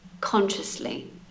consciously